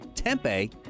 Tempe